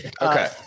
Okay